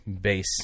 Base